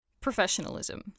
Professionalism